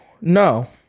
No